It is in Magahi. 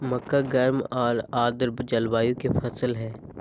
मक्का गर्म आर आर्द जलवायु के फसल हइ